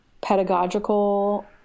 pedagogical